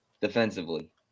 defensively